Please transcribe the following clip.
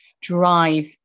drive